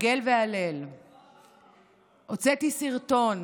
יגל והלל הוצאתי סרטון,